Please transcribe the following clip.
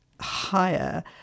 higher